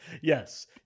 Yes